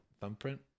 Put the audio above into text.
thumbprint